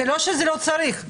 לא שלא צריך את זה.